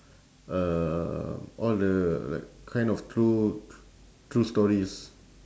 uh all the like kind of true true stories